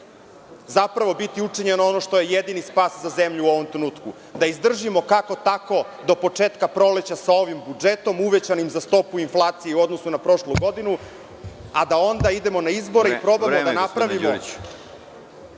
zapravo biti učinjeno ono što je jedini spas za zemlju u ovom trenutku da izdržimo kako tako do početka proleća sa ovim budžetom uvećanim za stopu inflaciju u odnosu na prošlu godinu, a da onda idemo na izbore i probamo da napravimo